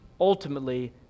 Ultimately